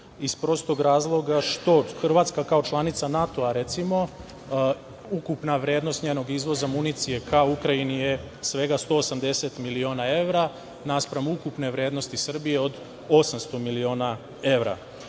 iz prostog razloga što Hrvatska kao članica NATO-a, recimo, ukupna vrednost njenog izvoza municije ka Ukrajini je svega 180 miliona evra, naspram ukupne vrednosti Srbije od 800 miliona evra. Na